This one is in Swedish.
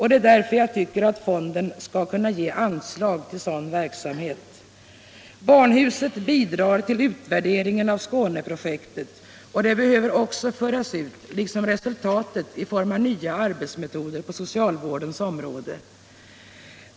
Det är därför jag tycker att fonden skall kunna ge anslag till sådan verksamhet. Barnhuset bidrar till utvärderingen av Skåneprojektet, och detta behöver också föras ut, liksom resultatet i form av nya arbetsmetoder på socialvårdens område.